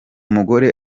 mugore